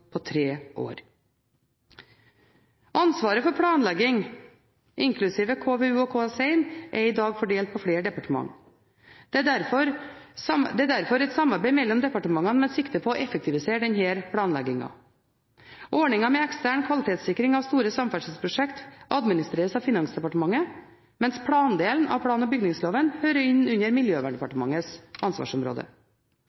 på tre år. Ansvaret for planlegging, inkludert KVU/KS1, er i dag fordelt på flere departementer. Det er derfor et samarbeid mellom departementene, med sikte på å effektivisere denne planleggingen. Ordningen med ekstern kvalitetssikring av store samferdselsprosjekt administreres av Finansdepartementet, mens plandelen av plan- og bygningsloven hører inn under